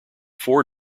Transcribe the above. four